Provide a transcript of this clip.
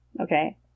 Okay